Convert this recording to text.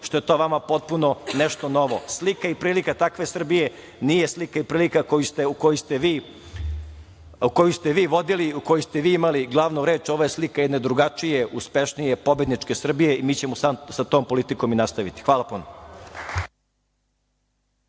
što je to vama potpuno nešto novo, slika i prilika takve Srbije nije slika i prilika koju ste vi vodili, u kojoj ste vi imali glavnu reč. Ovo je slika jedne drugačije, uspešnije, pobedničke Srbije i mi ćemo sa tom politikom i nastaviti. Hvala puno.